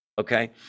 Okay